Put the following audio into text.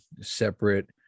separate